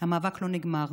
המאבק לא נגמר,